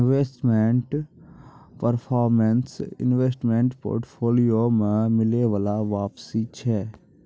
investment performance investment portfolio पे मिलै बाला वापसी छै